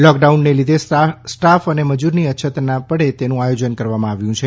લોક down ને લીધે staff અને મજૂર ની અછત ના પડે તેનું આયોજન કરાયું છે